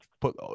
put